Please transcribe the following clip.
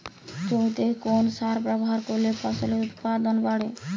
জমিতে কোন সার ব্যবহার করলে ফসলের উৎপাদন বাড়ে?